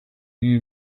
knew